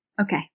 Okay